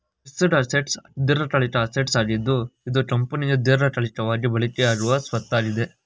fixed assets ದೀರ್ಘಕಾಲಿಕ assets ಆಗಿದ್ದು ಇದು ಕಂಪನಿಯ ದೀರ್ಘಕಾಲಿಕವಾಗಿ ಬಳಕೆಯಾಗುವ ಸ್ವತ್ತಾಗಿದೆ